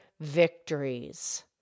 victories